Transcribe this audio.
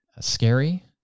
scary